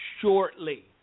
shortly